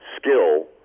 skill